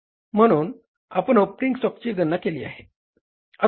म्हणून आपण ओपनिंग स्टॉकची गणना केली आहे